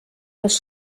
les